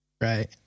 right